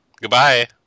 Goodbye